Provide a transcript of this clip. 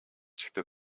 чигтээ